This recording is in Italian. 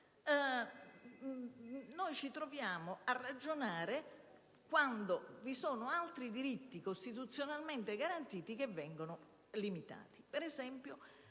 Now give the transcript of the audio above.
ci troviamo a ragionare quando vi sono altri diritti costituzionalmente garantiti che vengono limitati;